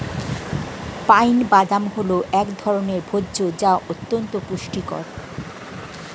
pine বাদাম হল এক ধরনের ভোজ্য যা অত্যন্ত পুষ্টিকর